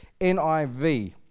NIV